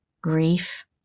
grief